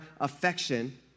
affection